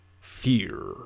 fear